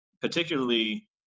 Particularly